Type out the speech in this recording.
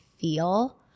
feel